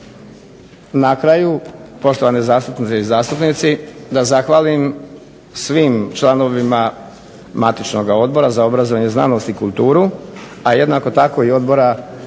na kraju poštovane zastupnice i zastupnici da zahvalim svim članovima matičnoga Odbora za obrazovanje, znanost i kulturu, a jednako tako i Odbora